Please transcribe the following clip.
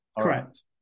correct